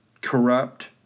corrupt